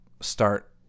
start